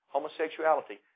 Homosexuality